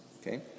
Okay